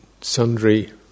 sundry